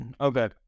Okay